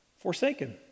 forsaken